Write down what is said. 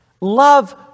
Love